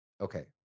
Okay